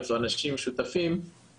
לנסוע פיסית לירושלים,